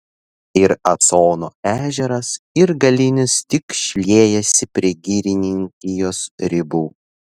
ir asono ežeras ir galinis tik šliejasi prie girininkijos ribų